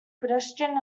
pedestrian